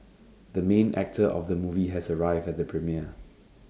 the main actor of the movie has arrived at the premiere